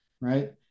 right